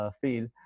field